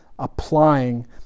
applying